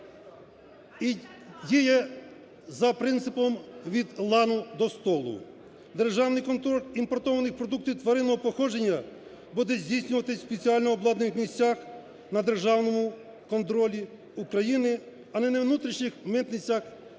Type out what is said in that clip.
і діє за принципом "від лану до столу". Державний контроль імпортованих продуктів тваринного походження буде здійснювати в спеціально обладнаних місцях на державному контролі України, а не на внутрішніх митницях,